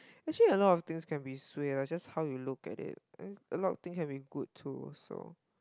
actually a lot of things can be suay lah just how you look at it uh a lot of thing can be good too also